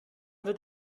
wird